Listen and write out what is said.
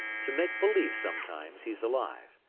to make believe, sometimes, he's alive.